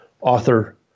author